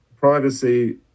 privacy